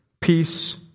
peace